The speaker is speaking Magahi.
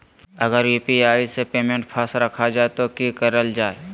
अगर यू.पी.आई से पेमेंट फस रखा जाए तो की करल जाए?